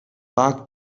back